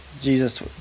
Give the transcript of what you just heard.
Jesus